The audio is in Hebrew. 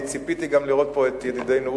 ציפיתי לראות פה גם את ידידנו אורי.